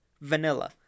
vanilla